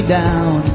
down